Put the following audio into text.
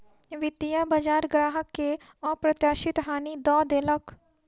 वित्तीय बजार ग्राहक के अप्रत्याशित हानि दअ देलक